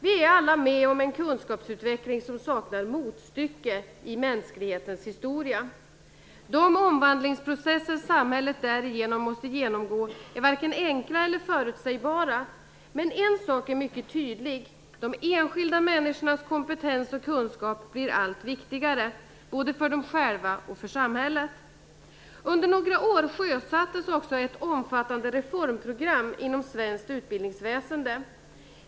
Vi är alla med om en kunskapsutveckling som saknar motstycke i mänsklighetens historia. De omvandlingsprocesser samhället därigenom måste genomgå, är varken enkla eller förutsägbara, men en sak är mycket tydlig: De enskilda människornas kompetens och kunskap blir allt viktigare, både för dem själva och för samhället. Under några år sjösattes också ett omfattande reformprogram inom svenskt utbildningsväsende.